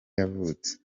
yavutse